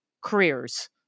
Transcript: careers